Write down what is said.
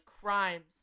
crimes